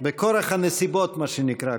בכורח הנסיבות, מה שנקרא.